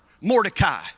Mordecai